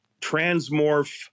transmorph